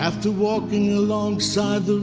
after walking alongside the